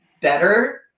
better